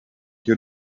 your